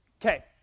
Okay